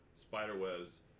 Spider-webs